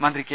മന്ത്രി കെ